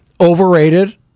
Overrated